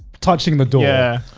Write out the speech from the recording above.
touching the door. yeah.